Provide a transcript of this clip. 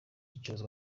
icuruzwa